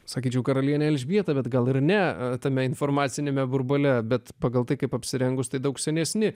sakyčiau karalienė elžbieta bet gal ir ne tame informaciniame burbule bet pagal tai kaip apsirengus tai daug senesni